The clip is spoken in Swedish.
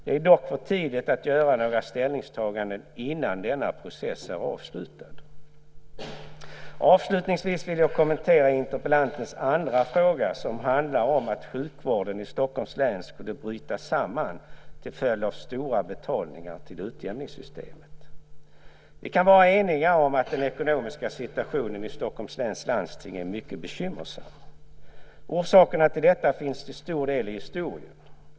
Det är dock för tidigt att göra några ställningstaganden innan denna process är avslutad. Avslutningsvis vill jag kommentera interpellantens andra fråga som handlar om att sjukvården i Stockholms län skulle bryta samman till följd av stora betalningar till utjämningssystemet. Vi kan vara eniga om att den ekonomiska situationen i Stockholms läns landsting är mycket bekymmersam. Orsakerna till detta finns till stor del i historien.